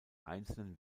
einzelnen